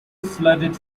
flooded